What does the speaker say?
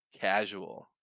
casual